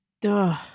Duh